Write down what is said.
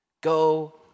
go